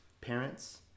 Parents